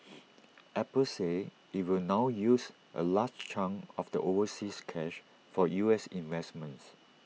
Apple said IT will now use A large chunk of the overseas cash for U S investments